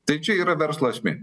tai čia yra verslo esmė